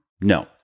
No